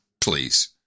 please